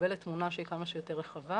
שמתקבלת תמונה שהיא כמה שיותר רחבה.